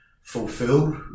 fulfilled